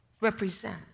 represent